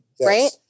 right